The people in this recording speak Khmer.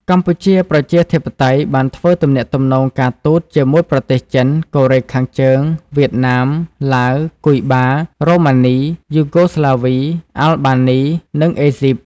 កម្ពុជាប្រជាធិបតេយ្យបានធ្វើទំនាក់ទំនងការទូតជាមួយប្រទេសចិន កូរ៉េខាងជើង វៀតណាម ឡាវ គុយបា រូម៉ានី យូហ្គោស្លាវី អាល់បានី និងអេហ្ស៊ីប ។